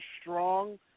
strong